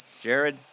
Jared